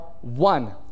one